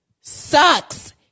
sucks